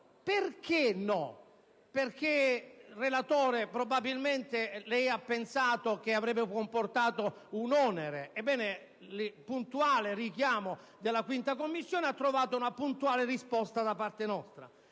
perché? Perché, signor relatore, probabilmente lei ha pensato che avrebbe comportato un onere. Ebbene, il puntuale richiamo della 5a Commissione ha trovato una puntuale risposta da parte nostra.